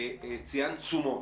ציינת תשומות.